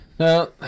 Now